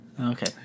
okay